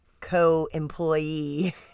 co-employee